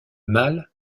mal